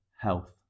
health